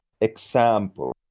example